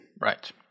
Right